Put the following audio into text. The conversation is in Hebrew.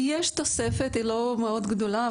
יש תוספת, לא מאוד גדולה.